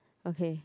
okay